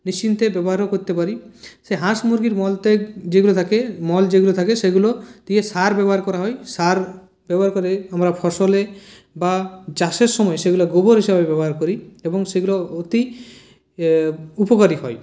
নিশ্চিন্তে ব্যবহারও করতে পারি সে হাঁস মুরগির মল ত্যাগ যেগুলো থাকে মল যেগুলো থাকে সেগুলো দিয়ে সার ব্যবহার করা হয় সার ব্যবহার করে আমরা ফসলে বা চাষের সময় সেগুলো গোবর হিসেবে ব্যবহার করি এবং সেগুলো অতি উপকারী হয়